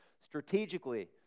strategically